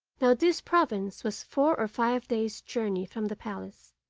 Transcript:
now this province was four or five days' journey from the palace,